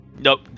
Nope